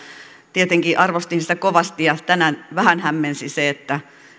tietenkin arvostin sitä kovasti ja tänään vähän hämmensi se että